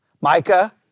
Micah